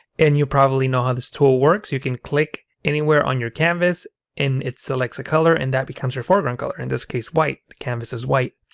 and you probably know how this tool works. you can click anywhere on your canvas and it selects a color and that becomes your foreground color, in this case, white the canvas is white.